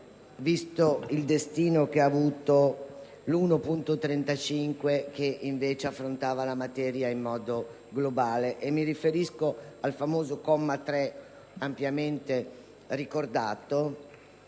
visto il destino che ha avuto l'emendamento 1.35 che invece affrontava la materia in modo globale. Mi riferisco al famoso comma 3, ampiamente ricordato,